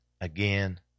again